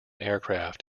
aircraft